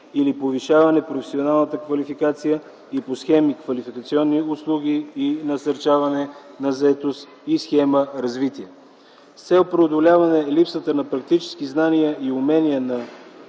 или повишаване на професионалната квалификация и по схеми „Квалификационни услуги и насърчаване на заетост” и „Развитие”. С цел преодоляване липсата на практически знания и умения на